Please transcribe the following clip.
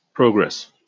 Progress